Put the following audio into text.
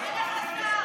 חמש דקות הפסקה?